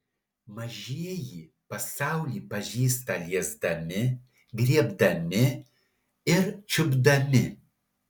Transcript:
mažieji pasaulį pažįsta liesdami griebdami ir čiupdami